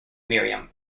miriam